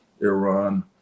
Iran